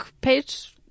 page